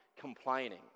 complaining